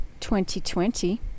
2020